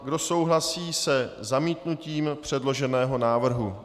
Kdo souhlasí se zamítnutím předloženého návrhu?